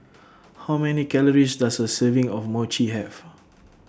How Many Calories Does A Serving of Mochi Have